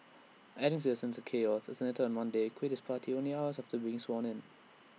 adding to the sense of chaos A senator on Monday quit his party only hours after being sworn in